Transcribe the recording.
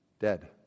Dead